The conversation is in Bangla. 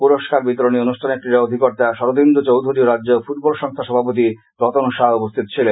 পুরস্কার বিরতনী অনুষ্ঠানে ক্রীড়া অধিকর্তা সরদীন্দু চৌধুরী ও রাজ্য ফুটবল সংস্থার সভাপতি রতন সাহা উপস্থিত ছিলেন